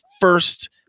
first